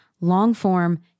long-form